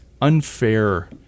unfair –